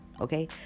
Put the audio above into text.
Okay